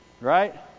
Right